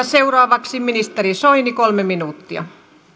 seuraavaksi ministeri soini kolme minuuttia